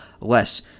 less